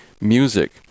music